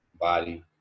body